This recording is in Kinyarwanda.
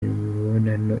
imibonano